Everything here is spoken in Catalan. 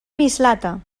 mislata